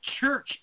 church